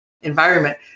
environment